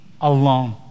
alone